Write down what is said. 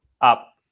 up